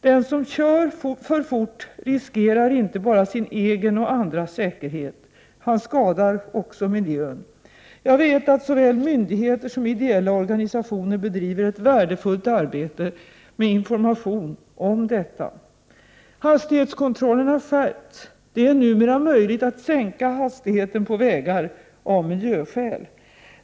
Den som kör för fort riskerar inte bara sin egen och andras säkerhet — han skadar också mijön. Jag vet att såväl myndigheter som ideella organisationer bedriver ett värdefullt arbete med information om detta. Hastighetskontrollen har skärpts. Det är numera möjligt att sänka hastigheten på vägar av miljöskäl.